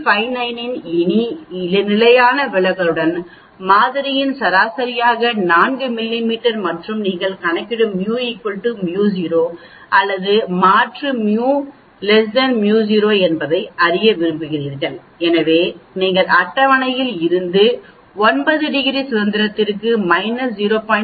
59 இன் நிலையான விலகலுடன் மாதிரியின் சராசரியாக 4 மிமீ மற்றும் நீங்கள் கணக்கிடும் μ μ0 அல்லது மாற்று μ μo என்பதை அறிய விரும்புகிறீர்கள் எனவே நீங்கள் அட்டவணையில் இருந்து 9 டிகிரி சுதந்திரத்திற்கு மைனஸ் 0